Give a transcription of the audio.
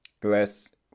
glass